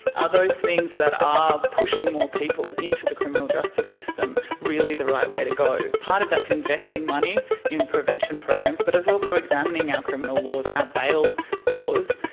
are those things that are pushing more people into the criminal justice system really the right way to go? part of that is investing money in prevention programs, but it's also examining our criminal laws, our bail laws.